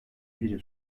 biri